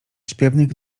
śpiewnych